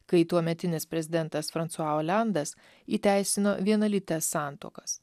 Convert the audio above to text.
kai tuometinis prezidentas fransua oliandas įteisino vienalytes santuokas